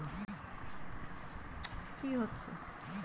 কত মাস পর কিস্তির টাকা পড়ে একসাথে শোধ করতে পারবো?